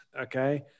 okay